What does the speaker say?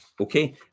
Okay